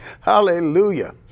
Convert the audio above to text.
Hallelujah